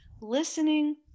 listening